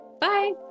Bye